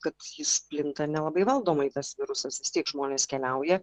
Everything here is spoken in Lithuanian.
kad jis plinta nelabai valdomai tas virusas vis tiek žmonės keliauja